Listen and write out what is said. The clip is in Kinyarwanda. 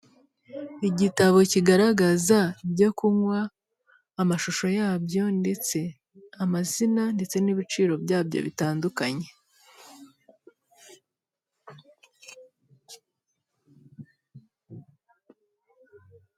Igitabo kigaragaza ibyo kunywa, amashusho yabyo ndetse amazina ndetse n'ibiciro byabyo bitandukanye.